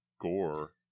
gore